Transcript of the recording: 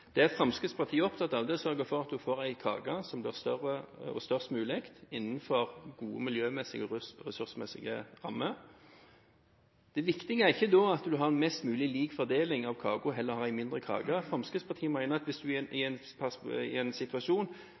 Det Fremskrittspartiet er opptatt av, er å sørge for at en får en kake som blir størst mulig innenfor gode miljømessige og ressursmessige rammer. Det viktige er ikke da at en har en mest mulig lik fordeling av kaken og heller har en mindre kake. Fremskrittspartiet mener at hvis en i en situasjon sørger for at kaken bakes høyere, vil en også få en